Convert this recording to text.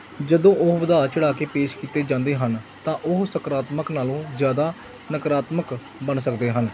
ਜਦੋਂ ਉਹ ਵਧਾ ਚੜ੍ਹਾ ਕੇ ਪੇਸ਼ ਕੀਤੇ ਜਾਂਦੇ ਹਨ ਤਾਂ ਉਹ ਸਕਾਰਾਤਮਕ ਨਾਲੋਂ ਜ਼ਿਆਦਾ ਨਕਾਰਾਤਮਕ ਬਣ ਸਕਦੇ ਹਨ